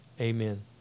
amen